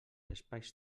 espais